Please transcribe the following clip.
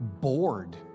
bored